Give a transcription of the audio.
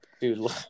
Dude